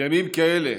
בימים כאלה,